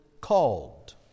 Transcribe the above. called